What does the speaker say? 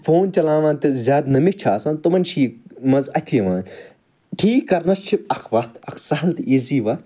phone چلاوان تہٕ زیاد نٔمِتھ چھِ آسان تِمن چھِ یہِ منٛزٕ اَتھہِ یِوان ٹھیٖک کَرنَس چھِ اَکھ وَتھ اَکھ سَہَل تہٕ ایٖزی وتھ